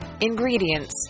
ingredients